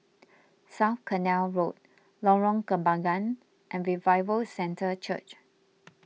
South Canal Road Lorong Kembangan and Revival Centre Church